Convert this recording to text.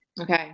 Okay